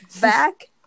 back